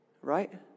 Right